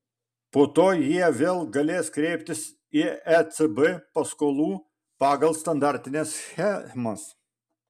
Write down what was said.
po to jie vėl galės kreiptis į ecb paskolų pagal standartines schemas